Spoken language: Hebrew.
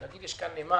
לומר: יש פה נמל,